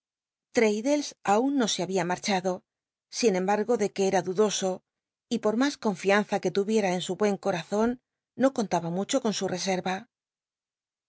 aun no se babia marchado sin embargo de que era dudoso y por mas confianm que tuviera en su buen corazon no contaba mucho con su